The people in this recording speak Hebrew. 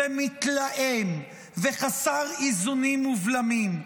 ומתלהם, וחסר איזונים ובלמים.